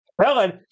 Helen